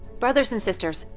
brothers and sisters,